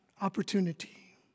opportunity